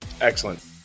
Excellent